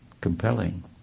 compelling